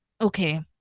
Okay